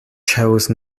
chose